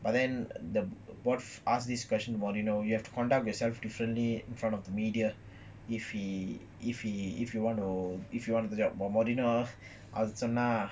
but then the board ask this question to mourinho you have to conduct yourself differently in front of the media if he if he if you want to if you want the job but mourinho அதுசொன்னா:adhu sonna